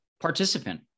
participant